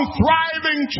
thriving